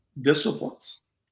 disciplines